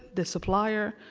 the supplier,